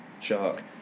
shark